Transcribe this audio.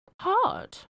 hard